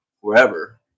wherever